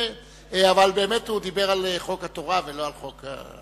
אבל באמת הוא דיבר על חוק התורה ולא על חוק,